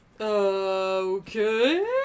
Okay